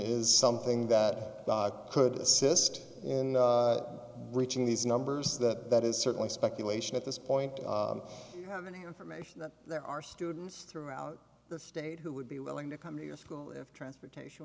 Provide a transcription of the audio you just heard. is something that could assist in reaching these numbers that that is certainly speculation at this point have any information that there are students throughout the state who would be willing to come to your school if transportation